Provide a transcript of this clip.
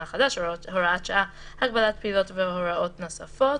החדש (הוראת שעה) (הגבלת פעילות והוראות נוספות)